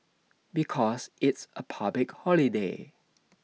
because it's A public holiday